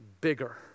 bigger